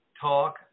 Talk